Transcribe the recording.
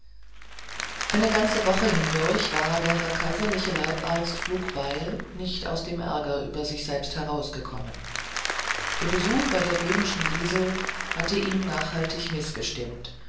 eine ganze woche hindurch war der herr kaiserliche leibarzt flugbeil nicht aus dem ärger über sich selbst herausgekommen der besuch bei der böhmischen liesel hatte ihn nachhaltig mißgestimmt